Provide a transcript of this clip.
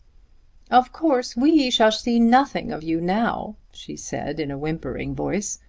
of course we shall see nothing of you now, she said in a whimpering voice.